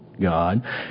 God